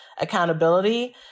accountability